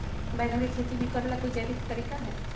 बैंगन के खेती भी करे ला का कोई जैविक तरीका है?